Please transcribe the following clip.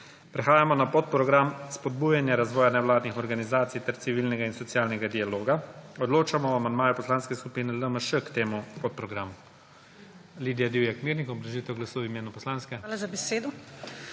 Prehajamo na podprogram Spodbujanje razvoja nevladnih organizacij ter civilnega in socialnega dialoga. Odločamo o amandmaju Poslanske skupine LMŠ k temu podprogramu.